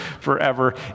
forever